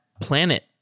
planet